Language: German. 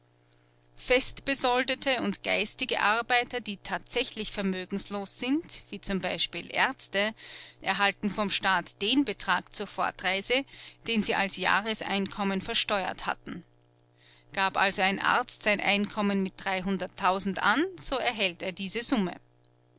festbesoldete und geistige arbeiter die tatsächlich vermögenslos sind wie zum beispiel aerzte erhalten vom staat den betrag zur fortreise den sie als jahreseinkommen versteuert hatten gab also ein arzt sein einkommen mit dreihunderttausend an so erhält er diese summe